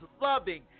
loving